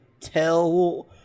tell